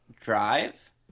Drive